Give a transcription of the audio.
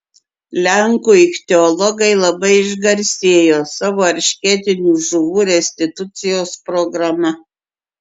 lenkų ichtiologai labai išgarsėjo savo eršketinių žuvų restitucijos programa